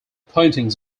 paintings